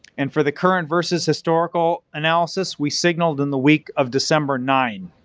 and for the current versus historical analysis we signaled in the week of december nine.